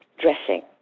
dressing